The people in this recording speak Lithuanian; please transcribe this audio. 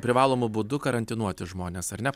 privalomu būdu karantinuoti žmones ar ne